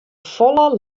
folle